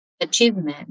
achievement